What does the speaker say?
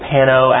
Pano